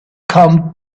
come